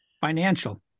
financial